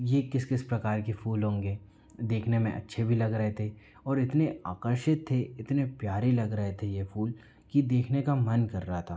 यह किस किस प्रकार के फूल होंगे देखने में अच्छे भी लग रहे थे और इतने आकर्षित थे इतने प्यारे लग रहे थे यह फूल कि देखने का मन कर रहा था